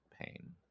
pain